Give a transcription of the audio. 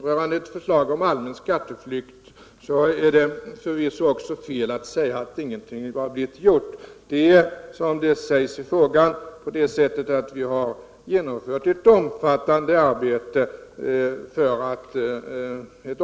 Vem är det egentligen som tillgodoser rättssäkerheten för alla de lojala skattebetalare som betalar sin skatt och som får för hög skattebörda därför att andra lyckats hitta hål i skattelagarna som gjort att de inte betalar sin del av bördan?